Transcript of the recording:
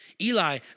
Eli